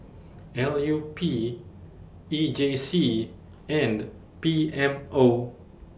L U P E J C and P M O